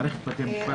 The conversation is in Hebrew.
"מערכת בתי משפט".